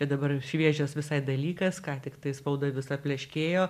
čia dabar šviežias visai dalykas ką tik tai spauda visa pleškėjo